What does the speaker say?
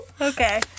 Okay